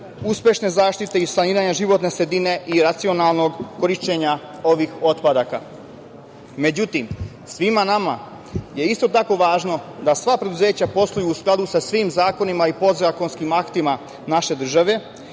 uspešne zaštite i saniranja životne sredine i racionalnog korišćenja ovih otpadaka.Međutim, svima nama je isto tako važno da sva preduzeća posluju u skladu sa svim zakonima i podzakonskim aktima naše države,